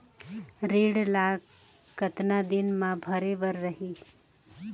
ऋण ला कतना दिन मा भरे बर रही?